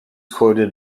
quoted